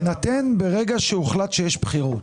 תינתן ברגע שיוחלט שיש בחירות.